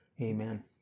amen